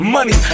Money